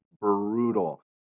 Brutal